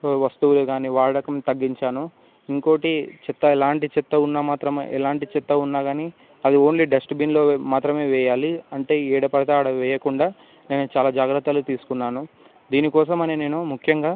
వస్తువులు కాని వాడకం తగ్గించాను ఇంకోకటి చెత్త ఎలాంటి చెత్త ఉన్నా మాత్రమే ఎలాంటి చెత్త ఉన్నా కాని అది ఓన్లీ డస్ట్బిన్లో మాత్రమే వేయాలి అంటే ఎక్కడ పడితే అక్కడ వేయకుండా చాలా జాగ్రత్తలు తీసుకున్నాను దీనికోసం అని నేను ముఖ్యంగా